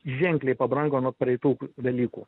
ženkliai pabrango nuo praeitų velykų